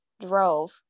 drove